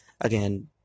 again